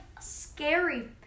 scary